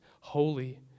holy